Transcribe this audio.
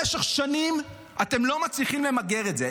במשך שנים אתם לא מצליחים למגר את זה,